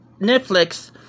Netflix